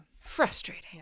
frustrating